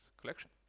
collection